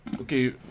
Okay